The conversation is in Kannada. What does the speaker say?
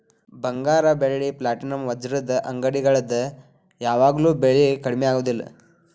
ಬಂಗಾರ ಬೆಳ್ಳಿ ಪ್ಲಾಟಿನಂ ವಜ್ರದ ಅಂಗಡಿಗಳದ್ ಯಾವಾಗೂ ಬೆಲಿ ಕಡ್ಮಿ ಆಗುದಿಲ್ಲ